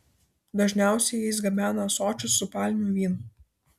dažniausiai jais gabena ąsočius su palmių vynu